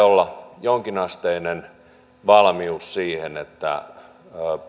olla jonkinasteinen valmius siihen että